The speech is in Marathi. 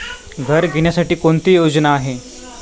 घर घेण्यासाठी कोणती योजना आहे?